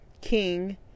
king